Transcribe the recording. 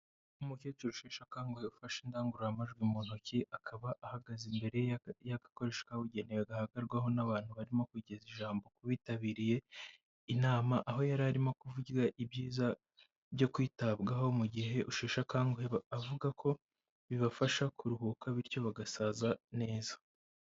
Umukecuru usheshe akanguhe ufashe indangururamajwi mu ntoki, akaba ahagaze imbere y'agakoresho kabugenewe gahagarwaho n'abantu barimo kugeza ijambo ku bitabiriye inama, aho yari arimo kuvuga ibyiza byo kwitabwaho mu gihe usheshe akanguhe, avuga ko bibafasha kuruhuka bityo bagasaza neza.